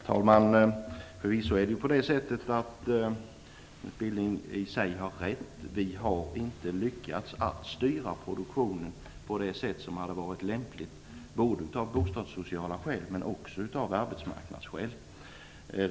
Herr talman! Knut Billing har förvisso rätt i sak. Vi har inte lyckats att styra produktionen på det sätt som hade varit lämpligt både av bostadssociala skäl och av arbetsmarknadsskäl.